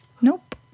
Nope